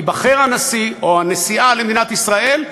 ייבחר הנשיא או הנשיאה למדינת ישראל,